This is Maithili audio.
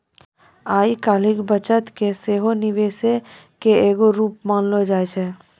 आइ काल्हि बचत के सेहो निवेशे के एगो रुप मानलो जाय छै